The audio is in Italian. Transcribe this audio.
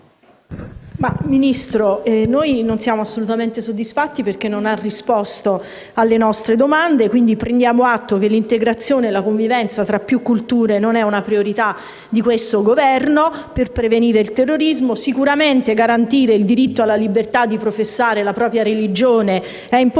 Ministro, noi non siamo assolutamente soddisfatti, perché non ha risposto alle nostre domande. Quindi, prendiamo atto del fatto che l'integrazione e la convivenza tra più culture non sono una priorità di questo Governo per prevenire il terrorismo. Sicuramente garantire il diritto alla libertà di professare la propria religione è importante,